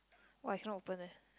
!wah! I cannot open leh